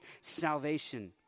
salvation